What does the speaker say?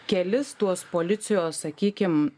kelis tuos policijos sakykim